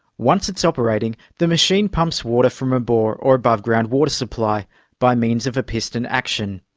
once it's operating, the machine pumps water from a bore or above-ground water supply by means of a piston action.